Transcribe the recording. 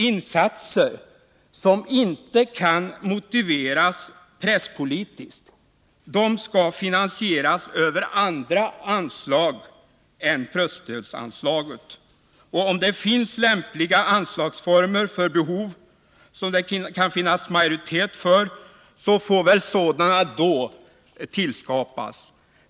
Insatser som inte kan motiveras presspolitiskt skall finansieras över andra anslag än presstödsanslaget, och om det inte finns några lämpliga anslagsformer för behov som det kan finnas majoritet för, får väl sådana då tillskapas.